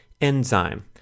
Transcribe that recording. Enzyme